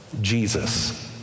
Jesus